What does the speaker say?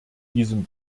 diesem